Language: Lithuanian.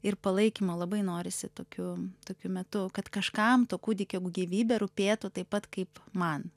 ir palaikymo labai norisi tokiu tokiu metu kad kažkam to kūdikio gyvybė rūpėtų taip pat kaip man